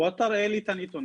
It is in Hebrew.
בוא תראה לי את הנתונים,